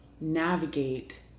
navigate